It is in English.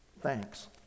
thanks